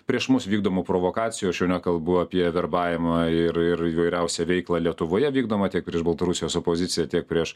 prieš mus vykdomų provokacijų aš jau nekalbu apie verbavimą ir ir įvairiausią veiklą lietuvoje vykdomą tiek ir iš baltarusijos opoziciją tiek prieš